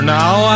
now